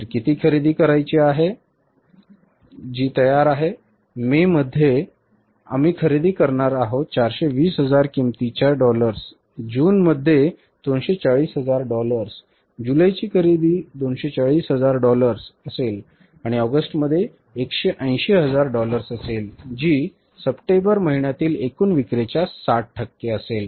तर किती खरेदी करायची आहे तयार आहे मे म आहेध्ये आम्ही खरेदी करणार आहे 420 हजार किमतीच्या डॉलर्स जून मध्ये 240 हजार डॉलर्स जुलैची खरेदी 240 हजार डॉलर्स असेल आणि ऑगस्टमध्ये 180 हजार डॉलर्स असेल जी सप्टेंबर महिन्यातील एकूण विक्रीच्या 60 टक्के असेल